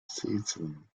season